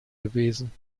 gewesen